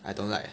I don't like